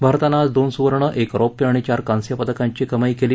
भारतानं आज दोन सुवर्ण एक रौप्य आणि चार कांस्य पदकांची कमाई केली